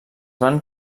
van